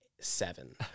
seven